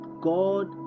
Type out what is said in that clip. God